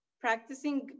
practicing